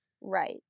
Right